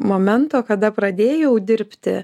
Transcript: momento kada pradėjau dirbti